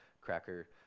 cracker